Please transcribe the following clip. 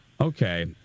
Okay